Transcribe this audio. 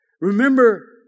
Remember